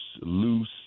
loose